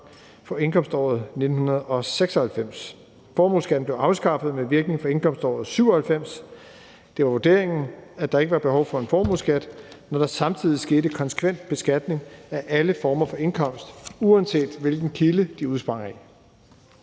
for indkomståret 1996. Formueskatten blev afskaffet med virkning fra indkomståret 1997. Det var vurderingen, at der ikke var behov for en formueskat, når der samtidig skete konsekvent beskatning af alle former for indkomst, uanset hvilken kilde de udsprang af.